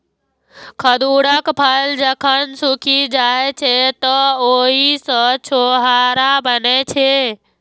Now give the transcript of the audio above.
खजूरक फल जखन सूखि जाइ छै, तं ओइ सं छोहाड़ा बनै छै